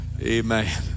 Amen